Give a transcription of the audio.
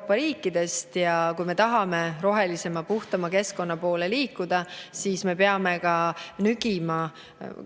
Euroopa riikidest, aga kui me tahame rohelisema ja puhtama keskkonna poole liikuda, siis me peame nügima